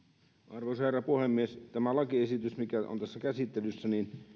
arvoisa herra puhemies tämä lakiesityshän mikä on tässä käsittelyssä